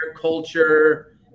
culture